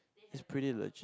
it's pretty legit